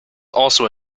also